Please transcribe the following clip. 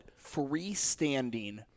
freestanding